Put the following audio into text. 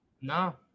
No